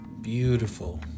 Beautiful